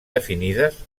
definides